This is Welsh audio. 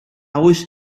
oes